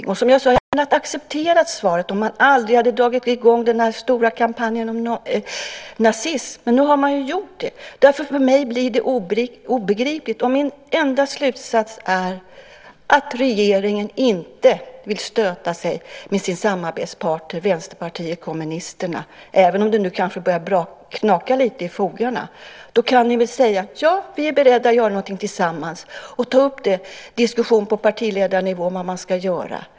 Som jag sade: Jag hade accepterat svaret om man aldrig hade dragit i gång den stora kampanjen om nazism. Men nu har man gjort det. Därför blir det för mig obegripligt. Min enda slutsats är att regeringen inte vill stöta sig med sin samarbetspartner Vänsterpartiet kommunisterna, även om det nu börjar knaka i fogarna. Då kan ni väl säga att ni är beredda att göra någonting tillsammans, till exempel ta upp denna fråga på partiledarnivå.